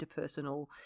interpersonal